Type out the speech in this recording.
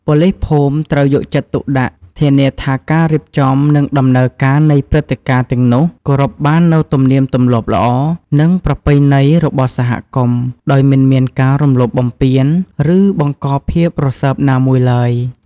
ប៉ូលីសភូមិត្រូវយកចិត្តទុកដាក់ធានាថា ការរៀបចំ និងដំណើរការនៃព្រឹត្តិការណ៍ទាំងនោះ គោរពបាននូវទំនៀមទម្លាប់ល្អ និងប្រពៃណីរបស់សហគមន៍ ដោយមិនមានការរំលោភបំពាន ឬបង្កភាពរសើបណាមួយឡើយ។